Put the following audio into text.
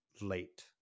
late